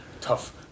tough